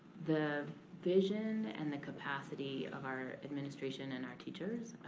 the vision and the capacity of our administration and our teachers.